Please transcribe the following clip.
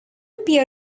peer